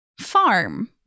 farm